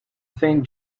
saint